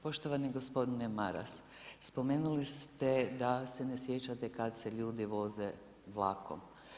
Poštovani gospodine Maras, spomenuli ste da se ne sjećate kad se ljudi voze vlakom.